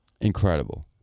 Incredible